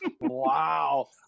Wow